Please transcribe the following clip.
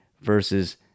versus